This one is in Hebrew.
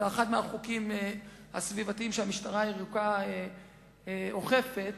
אחד מהחוקים הסביבתיים שהמשטרה הירוקה אוכפת